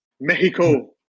Mexico